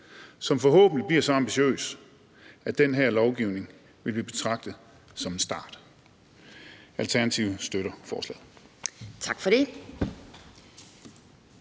som forhåbentlig bliver så ambitiøs, at den her lovgivning vil blive betragtet som en start. Alternativet støtter forslaget.